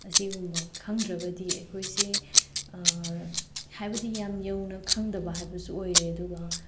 ꯑꯁꯤꯒꯨꯝꯕ ꯈꯪꯗ꯭ꯔꯒꯗꯤ ꯑꯩꯈꯣꯏꯁꯦ ꯍꯥꯏꯕꯗꯤ ꯌꯥꯝ ꯌꯧꯅ ꯈꯪꯗꯕ ꯍꯥꯏꯕꯁꯨ ꯑꯣꯏꯔꯦ ꯑꯗꯨꯒ